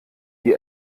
die